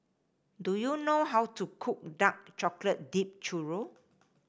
do you know how to cook Dark Chocolate Dipped Churro